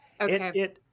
Okay